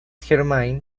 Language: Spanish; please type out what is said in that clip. germain